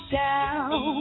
down